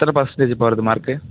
எத்தனை பர்சென்டேஜுப்பா வருது மார்க்கு